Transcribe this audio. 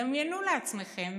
דמיינו לעצמכם